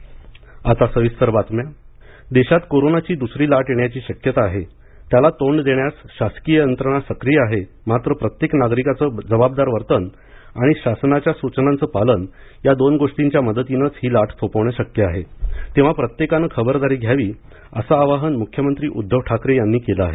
Thane covid centre देशात कोरोनाची दुसरी लाट येण्याची शक्यता आहे त्याला तोंड देण्यास शासकीय यंत्रणा सक्रीय आहे मात्र प्रत्येक नागरिकाचं जबाबदार वर्तन आणि शासनाच्या सुचनाचं पालन या दोन गोष्टींच्या मदतीनंच ही लाट थोपवणे शक्य आहे तेव्हा प्रत्येकानं खबरदारी घ्यावी असं आवाहन मुख्यमंत्री उद्घव ठाकरे यांनी केलं आहे